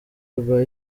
rwa